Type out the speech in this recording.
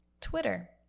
Twitter